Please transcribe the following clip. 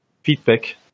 feedback